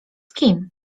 kim